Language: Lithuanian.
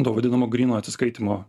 to vadinamo gryno atsiskaitymo